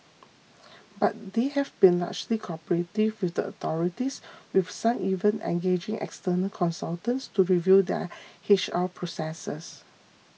but they have been largely cooperative with the authorities with some even engaging external consultants to review their H R processes